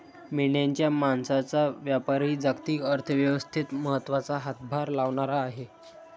मेंढ्यांच्या मांसाचा व्यापारही जागतिक अर्थव्यवस्थेत महत्त्वाचा हातभार लावणारा आहे